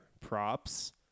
props